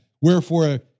wherefore